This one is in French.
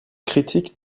critique